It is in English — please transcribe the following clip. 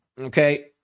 Okay